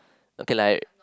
okay lah I